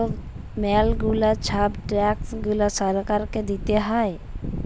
ম্যালা গুলা ছব ট্যাক্স গুলা সরকারকে দিতে হ্যয়